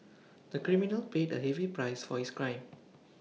the criminal paid A heavy price for his crime